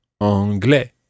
Anglais